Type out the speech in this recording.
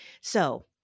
So-